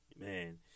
man